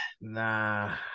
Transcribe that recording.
Nah